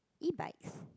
E bikes